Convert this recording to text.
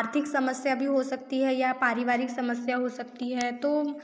आर्थिक समस्या भी हो सकती है या फिर पारिवारिक समस्या हो सकती है तो